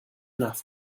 enough